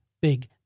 big